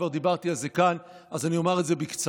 כבר דיברתי על זה כאן אז אני אומר את זה בקצרה.